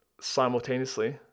simultaneously